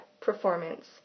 performance